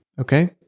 Okay